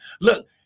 Look